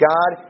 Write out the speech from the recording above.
God